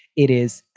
it is.